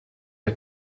der